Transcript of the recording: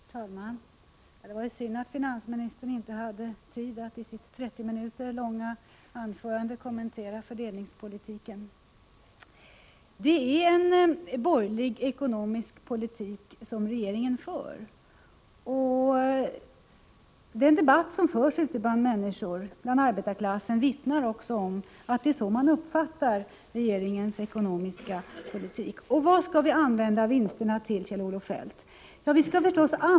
Herr talman! Det var ju synd att finansministern inte hade tid att i sitt 30 minuter långa anförande kommentera fördelningspolitiken. Det är en borgerlig ekonomisk politik som regeringen för. Den debatt som förs inom arbetarklassen vittnar också om att det är så man uppfattar regeringens ekonomiska politik. Vad skall vi använda vinsterna till, Kjell Olof Feldt?